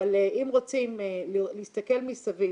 אבל אם רוצים להסתכל מסביב